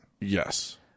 Yes